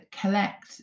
collect